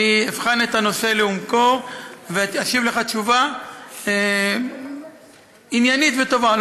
אני אבחן את הנושא לעומקו ואשיב לך תשובה עניינית וטובה.